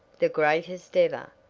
the greatest ever!